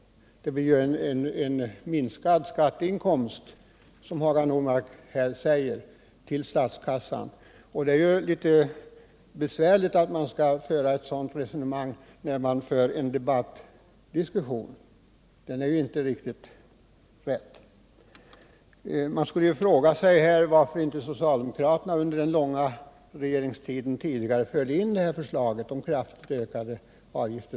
Det blir, som Hagar Normark här säger, en minskad skatteinkomst för statskassan. Man skulle kunna fråga sig varför socialdemokraterna inte tidigare, under sin långa regeringstid, tog upp något sådant förslag till kraftigt ökade avgifter.